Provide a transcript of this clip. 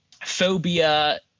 phobia